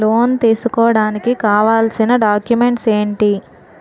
Loan తీసుకోడానికి కావాల్సిన documents ఎంటి?